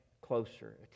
closer